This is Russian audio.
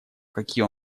какие